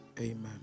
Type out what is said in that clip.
Amen